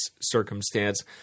circumstance